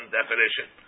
definition